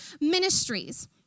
ministries